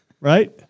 Right